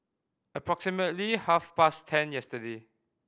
approximately half past ten yesterday